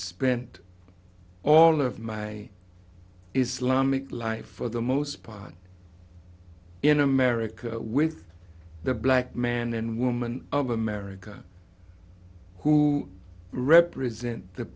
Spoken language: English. spent all of my islamic life for the most part in america with the black man and woman of america who represent the